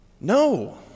No